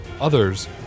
Others